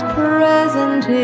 present